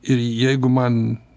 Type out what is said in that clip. ir jeigu man